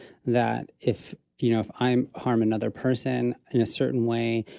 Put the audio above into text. that if, you know, if i'm harming other person, in a certain way,